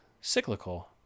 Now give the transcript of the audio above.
cyclical